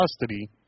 custody